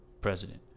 president